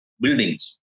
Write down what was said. buildings